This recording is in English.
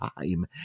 time